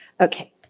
Okay